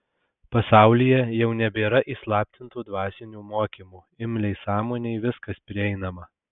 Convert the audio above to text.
pasaulyje jau nebėra įslaptintų dvasinių mokymų imliai sąmonei viskas prieinama